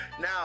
Now